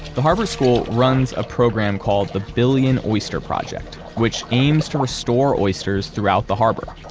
the harbor school runs a program called the billion oyster project, which aims to restore oysters throughout the harbor,